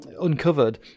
uncovered